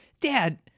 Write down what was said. dad